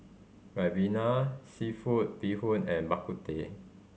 Ribena seafood bee hoon and Bak Kut Teh